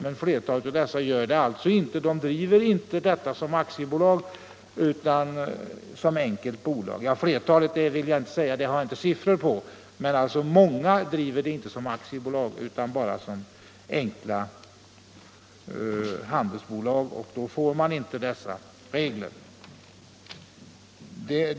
Många av dessa företagare driver sin verksamhet i form av handelsbolag och då blir reglerna annorlunda.